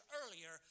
earlier